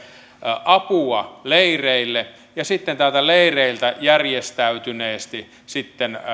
apua leireille ja sitten leireiltä järjestäytyneesti hallitusti